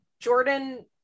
jordan